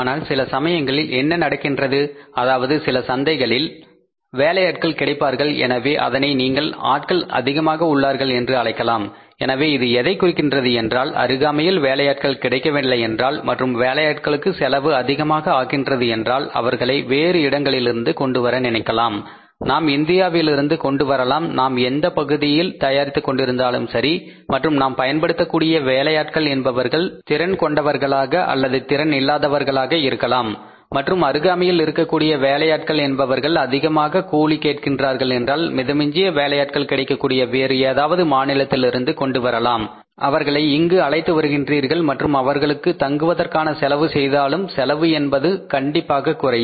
ஆனால் சில சமயங்களில் என்ன நடக்கின்றது அதாவது சில சந்தைகளில் வேலையாட்கள் கிடைப்பார்கள் எனவே அதனை நீங்கள் ஆட்கள் அதிகமாக உள்ளார்கள் என்று அழைக்கலாம் எனவே இது எதைக் குறிக்கிறது என்றால் அருகாமையில் வேலையாட்கள் கிடைக்கவில்லையென்றால் மற்றும் வேலையாட்களுக்கு செலவு அதிகமாக ஆகின்றது என்றால் அவர்களை வேறு இடங்களிலிருந்து கொண்டுவர நினைக்கலாம் நாம் இந்தியாவிலிருந்து கொண்டு வரலாம் நாம் எந்த பகுதியில் தயாரித்துக் கொண்டிருந்தாலும் சரி மற்றும் நாம் பயன்படுத்தக்கூடிய வேலையாட்கள் என்பவர்கள் திறன் கொண்டவர்களாக அல்லது திறன் இல்லாதவர்களாக இருக்கலாம் மற்றும் அருகாமையில் இருக்கக்கூடிய வேலையாட்கள் என்பவர்கள் அதிகமான கூலி கேட்கின்றார்கள் என்றால் மிதமிஞ்சிய வேலையாட்கள் கிடைக்கக்கூடிய வேறு ஏதாவது மாநிலத்திலிருந்து கொண்டு வரலாம் அவர்களை இங்கு அழைத்து வருகிண்றீர்கள் மற்றும் அவர்கள் தங்குவதற்கான செலவு செய்தாலும் செலவு என்பது கண்டிப்பாக குறையும்